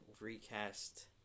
recast